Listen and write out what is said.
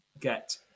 get